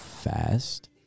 fast